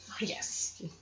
Yes